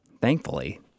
thankfully